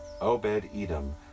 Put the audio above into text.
Obed-Edom